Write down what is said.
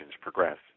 progress